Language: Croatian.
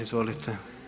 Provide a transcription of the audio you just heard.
Izvolite.